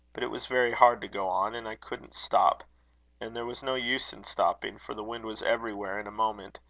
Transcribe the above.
but it was very hard to go on, and i couldn't stop and there was no use in stopping, for the wind was everywhere in a moment.